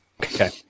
Okay